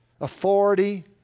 authority